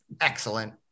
excellent